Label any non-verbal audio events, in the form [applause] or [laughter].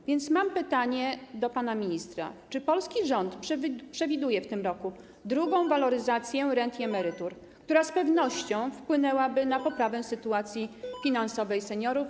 A więc mam pytanie do pana ministra: Czy polski rząd przewiduje w tym roku drugą [noise] waloryzację rent i emerytur, która z pewnością wpłynęłaby na poprawę sytuacji finansowej seniorów?